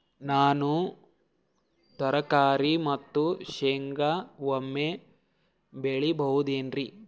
ನಾನು ತರಕಾರಿ ಮತ್ತು ಶೇಂಗಾ ಒಮ್ಮೆ ಬೆಳಿ ಬಹುದೆನರಿ?